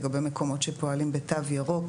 לגבי מקומות שפועלים בתו ירוק,